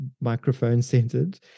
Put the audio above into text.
microphone-centered